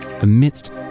amidst